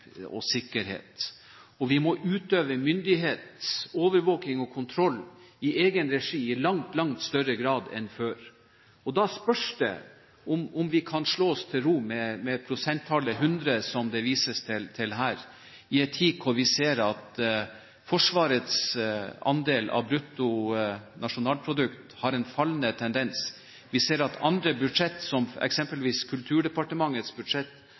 og sikkerhet. Vi må utøve myndighet, overvåkning og kontroll i egen regi i langt større grad enn før. Da spørs det om vi kan slå oss til ro med prosenttallet 100, som det vises til her, i en tid da vi ser at Forsvarets andel av brutto nasjonalprodukt har en fallende tendens. Vi ser at andre budsjett, som eksempelvis Kulturdepartementets budsjett,